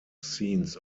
scenes